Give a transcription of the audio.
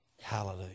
Hallelujah